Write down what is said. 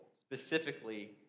specifically